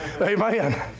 Amen